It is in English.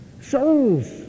Souls